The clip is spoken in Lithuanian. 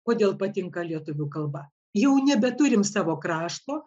kodėl patinka lietuvių kalba jau nebeturim savo krašto